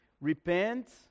Repent